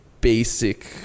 Basic